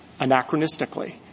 Anachronistically